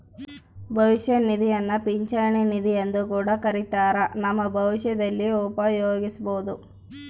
ಭವಿಷ್ಯ ನಿಧಿಯನ್ನ ಪಿಂಚಣಿ ನಿಧಿಯೆಂದು ಕೂಡ ಕರಿತ್ತಾರ, ನಮ್ಮ ಭವಿಷ್ಯದಲ್ಲಿ ಉಪಯೋಗಿಸಬೊದು